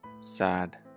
sad